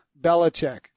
Belichick